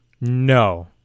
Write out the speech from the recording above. No